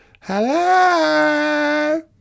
Hello